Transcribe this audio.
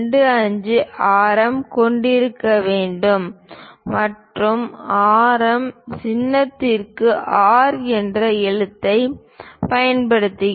25 ஆரம் கொண்டிருக்க வேண்டும் மற்றும் ஆரம் சின்னத்திற்கு ஆர் என்ற எழுத்தை பயன்படுத்துகிறோம்